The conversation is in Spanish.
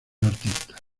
artistas